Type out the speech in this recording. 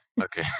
Okay